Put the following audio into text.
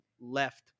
left